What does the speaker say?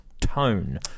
tone